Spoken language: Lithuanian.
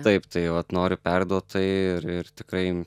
taip tai vat noriu perduot tai ir ir tikrai